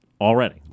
already